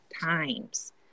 times